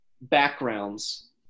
backgrounds